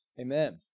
Amen